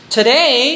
Today